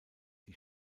die